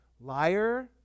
Liar